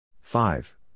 five